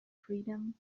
freedom